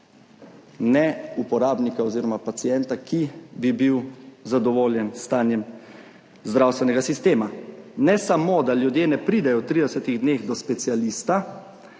ne uporabnika oziroma pacienta, ki bi bil zadovoljen s stanjem zdravstvenega sistema. Ne samo, da ljudje ne pridejo v 30 dneh do specialista,